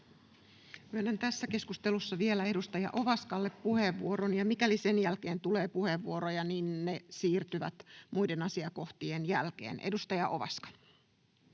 Myönnän tässä keskustelussa vielä edustaja Ovaskalle puheenvuoron, ja mikäli sen jälkeen tulee puheenvuoroja, niin ne siirtyvät käytettäviksi muiden asiakohtien jälkeen. — Edustaja Ovaska.